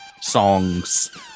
Songs